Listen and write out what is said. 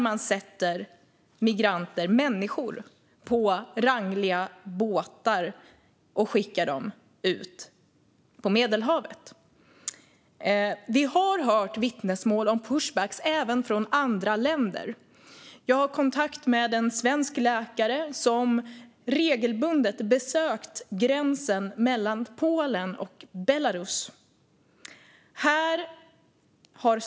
Man sätter migranter, människor, på rangliga båtar och skickar ut dem på Medelhavet. Vi har hört vittnesmål om pushbacks även från andra länder. Jag har kontakt med en svensk läkare som regelbundet besökt gränsen mellan Polen och Belarus.